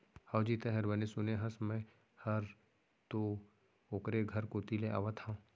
हवजी, तैंहर बने सुने हस, मैं हर तो ओकरे घर कोती ले आवत हँव